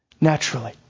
naturally